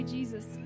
Jesus